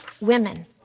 women